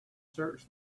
search